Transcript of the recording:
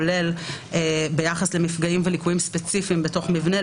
כולל מפגעים וליקויים ספציפיים בתוך מבנה,